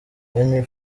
henry